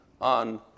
on